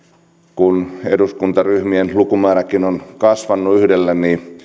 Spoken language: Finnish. kun eduskuntaryhmien lukumääräkin on kasvanut yhdellä